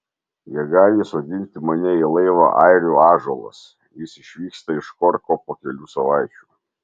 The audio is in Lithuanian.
jie gali įsodinti mane į laivą airių ąžuolas jis išvyksta iš korko po kelių savaičių